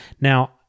Now